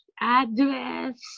address